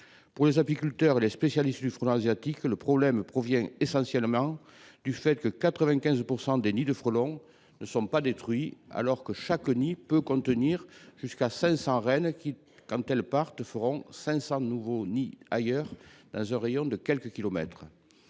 Pour les apiculteurs et les spécialistes du frelon asiatique, le problème provient essentiellement du fait que 95 % des nids de frelons ne sont pas détruits, alors que chaque nid peut contenir jusqu’à 500 reines, qui feront ensuite 500 nouveaux nids dans un rayon de quelques kilomètres